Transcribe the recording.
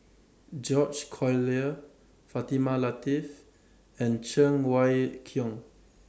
George Collyer Fatimah Lateef and Cheng Wai Keung